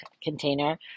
container